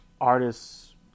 artists